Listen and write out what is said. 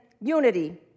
unity